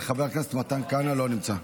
חבר הכנסת מתן כהנא, לא נמצא.